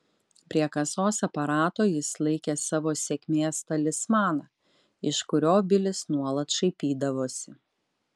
prie kasos aparato jis laikė savo sėkmės talismaną iš kurio bilis nuolat šaipydavosi